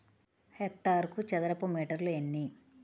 హెక్టారుకు చదరపు మీటర్లు ఎన్ని?